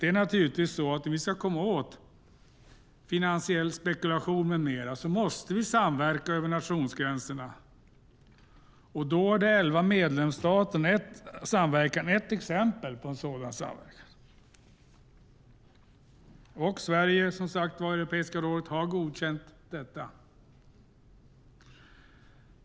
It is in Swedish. Det är naturligtvis så att om vi ska komma åt finansiell spekulation med mera måste vi samverka över nationsgränserna, och då är de elva medlemsstaternas samverkan ett exempel på en sådan samverkan. Sverige och Europeiska rådet har, som sagt, godkänt detta.